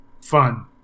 fun